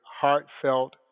heartfelt